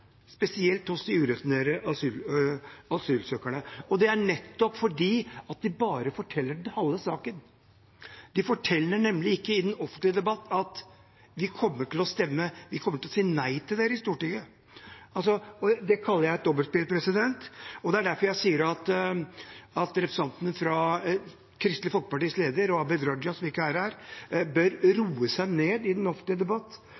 spesielt hos de ureturnerbare asylsøkerne. Det er nettopp fordi de bare forteller halve sannheten. De forteller nemlig ikke i den offentlige debatten at de kommer til å si nei til dem i Stortinget. Det kaller jeg et dobbeltspill. Det er derfor jeg sier at Kristelig Folkepartis leder og Abid Raja, som ikke er her, bør